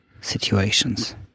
situations